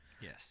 yes